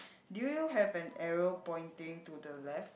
do you have an arrow pointing to the left